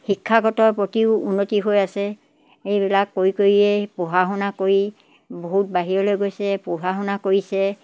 শিক্ষাগত প্ৰতিও উন্নতি হৈ আছে এইবিলাক কৰি কৰিয়েই পঢ়া শুনা কৰি বহুত বাহিৰলৈ গৈছে পঢ়া শুনা কৰিছে